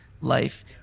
life